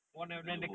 johor